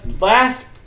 last